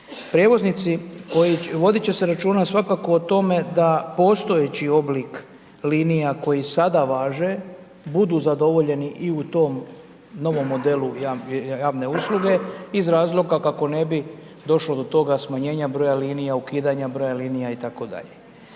Prijevoznici, voditi će se računa, svakako o tome, da postojeći oblik linija koje sada važe, budu zadovoljeni i u tom novom modelu javne usluge, iz razloga kako ne bi došlo do toga smanjenja broja linija, ukidanja broja linija itd.